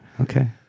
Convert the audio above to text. Okay